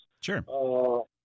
Sure